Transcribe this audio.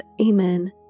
amen